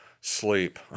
sleep